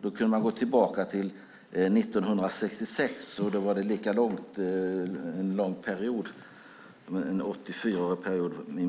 Man kunde gå tillbaka till år 1966. Det är mitt i en 84-årig period.